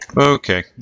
Okay